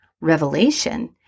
revelation